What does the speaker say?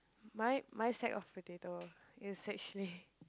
my my sack of potato is actually